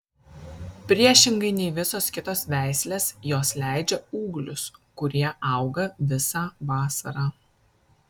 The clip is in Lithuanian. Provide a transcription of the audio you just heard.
priešingai nei visos kitos veislės jos leidžia ūglius kurie auga visą vasarą